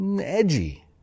edgy